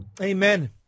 Amen